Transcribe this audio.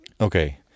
Okay